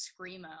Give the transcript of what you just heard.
screamo